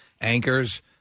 anchors